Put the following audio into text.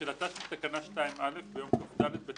תחילתה של תקנה 2(א) ביום כ"ד בטבת